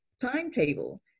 timetable